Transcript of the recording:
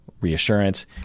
reassurance